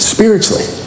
Spiritually